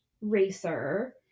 racer